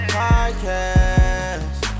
podcast